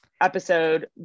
episode